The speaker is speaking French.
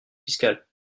fiscale